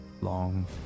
long